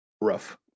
rough